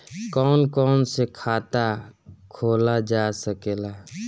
कौन कौन से खाता खोला जा सके ला?